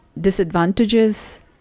disadvantages